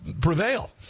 prevail